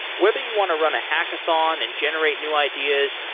whether you want to run a hackathon and generate new ideas,